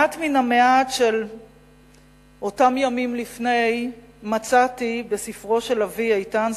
מעט מן המעט של אותם ימים לפני מצאתי בספרו של אבי איתן,